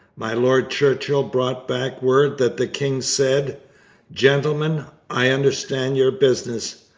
my lord churchill brought back word that the king said gentlemen, i understand your business!